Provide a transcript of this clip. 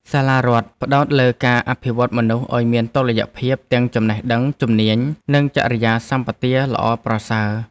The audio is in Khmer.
សាលារដ្ឋផ្ដោតលើការអភិវឌ្ឍមនុស្សឱ្យមានតុល្យភាពទាំងចំណេះដឹង ជំនាញ និងចរិយាសម្បទាល្អប្រសើរ។